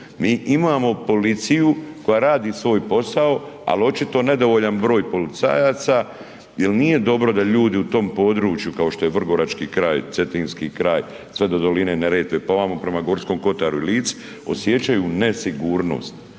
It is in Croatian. Mi imamo policiju koja radi svoj posao, ali očito nedovoljan broj policajaca jer nije dobro da ljudi u tom području kao što je Vrgorački kraj, Cetinski kraj sve do doline Neretve, pa vamo prema Gorskom kotaru i Lici, osjećaju nesigurnost.